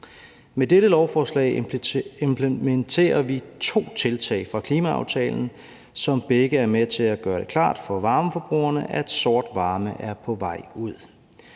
Med dette lovforslag implementerer vi to tiltag fra klimaaftalen, som begge er med til at gøre det klart for varmeforbrugerne, at sort varme er på vej ud.